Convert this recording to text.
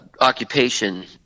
occupation